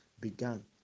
began